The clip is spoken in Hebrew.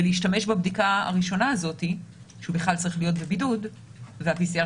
ולהשתמש בבדיקה הראשונה הזו כשהוא בכלל צריך להיות בבידוד וה-PCR